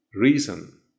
reason